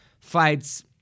fights